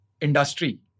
industry